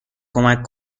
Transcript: کمک